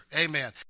Amen